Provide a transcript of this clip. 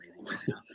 lazy